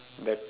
bet